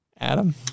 Adam